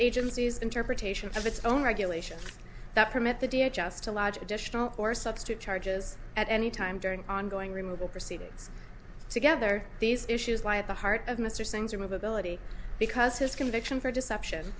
agency's interpretation of its own regulations that permit the da just to lodge additional or substitute charges at any time during ongoing removal proceedings together these issues lie at the heart of mr singh's remove ability because his conviction for deception